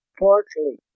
portly